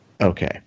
Okay